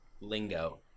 lingo